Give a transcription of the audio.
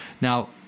now